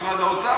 משרד האוצר,